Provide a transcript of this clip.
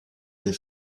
les